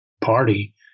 party